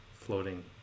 floating